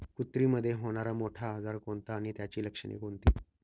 कुत्रीमध्ये होणारा मोठा आजार कोणता आणि त्याची लक्षणे कोणती?